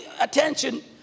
attention